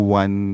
one